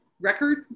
record